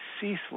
ceaseless